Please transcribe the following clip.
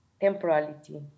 temporality